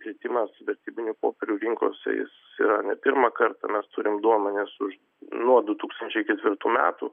kritimas vertybinių popierių rinkose jis yra ne pirmą kartą mes turim duomenis už nuo du tūkstančiai ketvirtų metų